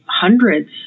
Hundreds